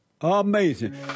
amazing